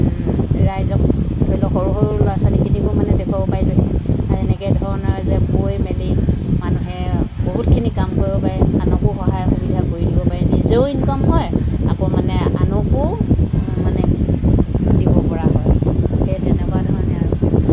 ৰাইজক সৰু সৰু ল'ৰা ছোৱালীখিনিকো মানে দেখুৱাব পাৰিলোঁ হেঁতেন এনেকে ধৰণৰ যে বৈ মেলি মানুহে বহুতখিনি কাম কৰিব পাৰে আনকো সহায় সুবিধা কৰি দিব পাৰে নিজেও ইনকাম হয় আকৌ মানে আনকো মানে দিব পৰা হয় সেই তেনেকুৱা ধৰণে আৰু